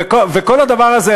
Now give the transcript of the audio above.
וכל הדבר הזה,